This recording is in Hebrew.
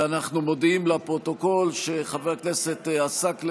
ואנחנו מודיעים לפרוטוקול שחבר הכנסת עסאקלה